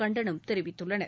கண்டனம் தெரிவித்துள்ளன